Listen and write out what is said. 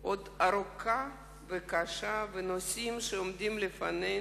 עוד ארוכה וקשה, והנושאים שעומדים לפנינו,